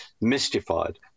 mystified